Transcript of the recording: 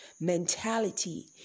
mentality